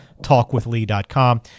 talkwithlee.com